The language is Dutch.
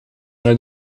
naar